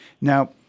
Now